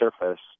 surface